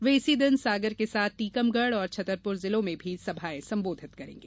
वे इसी दिन सागर के साथ टीकमगढ़ और छतरपुर जिलों में भी सभाएं संबोधित करेंगे